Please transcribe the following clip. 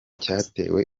cyatewe